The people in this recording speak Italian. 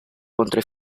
contro